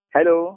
Hello